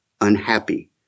unhappy